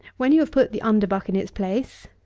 when you have put the underbuck in its place,